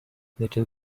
little